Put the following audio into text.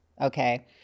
Okay